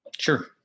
Sure